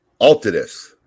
Altidus